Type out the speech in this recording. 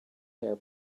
hair